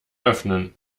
öffnen